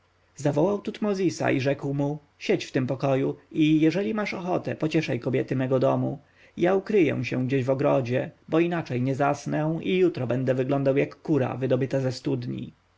tutmozisa i rzekł mu siedź w tym pokoju i jeżeli masz ochotę pocieszaj kobiety mego domu ja ukryję się gdzieś w ogrodzie bo inaczej nie zasnę i jutro będę wyglądał jak kura wydobyta ze studni